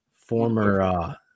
former